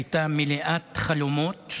היא הייתה מלאת חלומות,